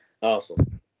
Awesome